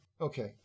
Okay